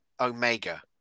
Omega